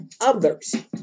others